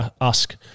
ask